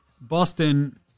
Boston